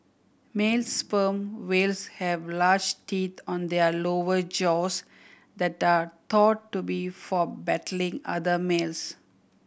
male sperm whales have large teeth on their lower jaws that are thought to be for battling other males